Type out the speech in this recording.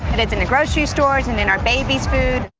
and it's in the grocery stores and in our baby's foods.